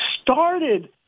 started